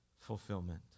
fulfillment